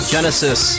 Genesis